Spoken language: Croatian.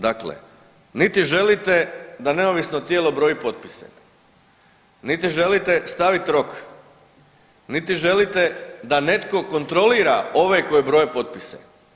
Dakle, niti želite da neovisno tijelo broji potpise, niti želite stavit rok, niti želite da netko kontrolira ove koji broje potpise.